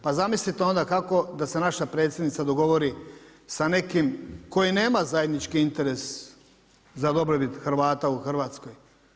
Pa zamislite onda kako da se naša predsjednica dogovorim sa nekim tko i nema zajednički interes za dobrobit Hrvata u Hrvatskoj.